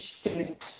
students